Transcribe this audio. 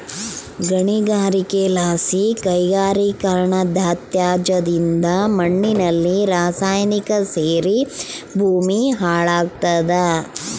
ಗಣಿಗಾರಿಕೆಲಾಸಿ ಕೈಗಾರಿಕೀಕರಣದತ್ಯಾಜ್ಯದಿಂದ ಮಣ್ಣಿನಲ್ಲಿ ರಾಸಾಯನಿಕ ಸೇರಿ ಭೂಮಿ ಹಾಳಾಗ್ತಾದ